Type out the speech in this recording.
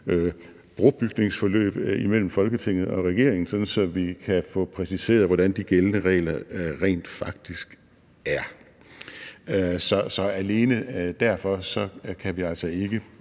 brobygningsforløb imellem Folketinget og regeringen, sådan at vi kan få præciseret, hvordan de gældende regler rent faktisk er. Så alene derfor kan vi altså ikke